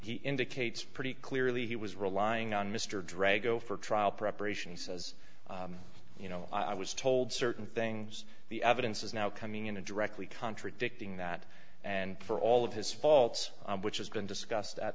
he indicates pretty clearly he was relying on mr drag go for trial preparations as you know i was told certain things the evidence is now coming in and directly contradicting that and for all of his faults which has been discussed at